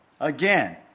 again